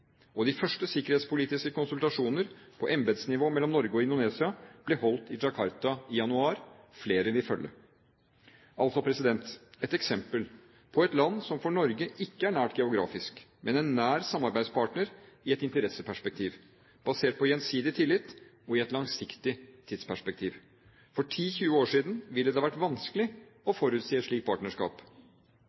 konflikt. De første sikkerhetspolitiske konsultasjoner på embetsnivå mellom Norge og Indonesia ble holdt i Jakarta i januar. Flere vil følge. Indonesia er altså et eksempel på et land som for Norge ikke er nært geografisk, men en nær samarbeidspartner i et interesseperspektiv, basert på gjensidig tillit og i et langsiktig tidsperspektiv. For 10–20 år siden ville det vært vanskelig å forutsi et slikt partnerskap.